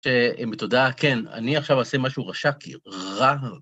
תודה. כן, אני עכשיו אעשה משהו רשע, כי רע.